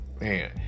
man